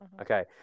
okay